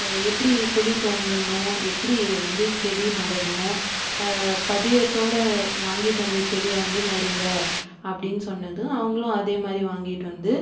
எப்படி குழி தோண்டணும் எப்படி வந்து செடி நடணும் பதியத்தோடு வாங்கிட்டு வந்த செடியை வந்து நடுங்கள் அப்படினு சொன்னதும் அவங்களும் அதேமாதிரி வாங்கிட்டு வந்து